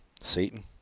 Satan